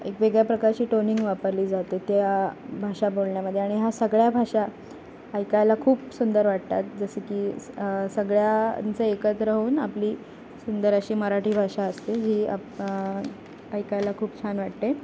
एक वेगळ्या प्रकारची टोनिंग वापरली जाते त्या भाषा बोलण्यामध्ये आणि हा सगळ्या भाषा ऐकायला खूप सुंदर वाटतात जसं की सगळ्यांचं एकत्र होऊन आपली सुंदर अशी मराठी भाषा असते जी आप ऐकायला खूप छान वाटते